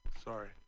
Sorry